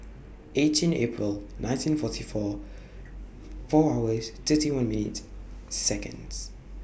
eighteen April nineteen forty four four hours thirty one minutes Seconds